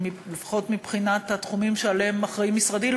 לפחות מבחינת התחומים שלהם משרדי אחראי,